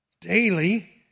daily